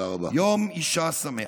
יום האישה שמח.